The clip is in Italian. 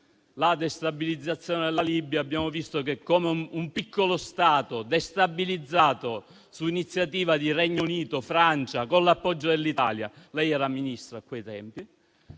la destabilizzazione della Libia. Abbiamo visto come un piccolo Stato, destabilizzato su iniziativa di Regno Unito e Francia, con l'appoggio dell'Italia (lei era Ministro a quei tempi),